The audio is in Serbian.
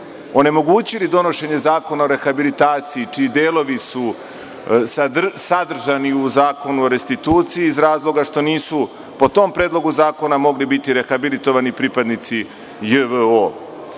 onemogućili donošenje zakona o rehabilitaciji čiji su delovi sadržani u Zakonu o restituciji iz razloga što nisu po tom predlogu zakona mogli biti rehabilitovani pripadnici